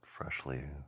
freshly